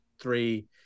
three